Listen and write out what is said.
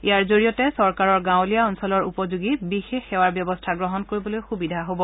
ইয়াৰ জৰিয়তে চৰকাৰৰ গাঁৱলীয়া অঞ্চলৰ উপযোগী বিশেষ সেৱাৰ ব্যৱস্থা কৰিবলৈ সুবিধা হব